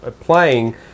playing